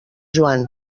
joan